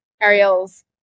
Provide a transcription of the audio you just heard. Ariel's